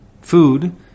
food